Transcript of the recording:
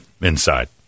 inside